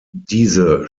diese